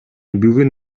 бүгүн